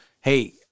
hey